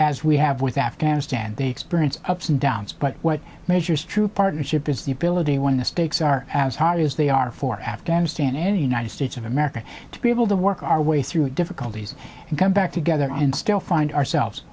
as we have with afghanistan they experience ups and downs but what measures true partnership is the ability when the stakes are as hard as they are for afghanistan and the united states of america to be able to work our way through difficulties and come back together and still find ourselves